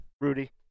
Rudy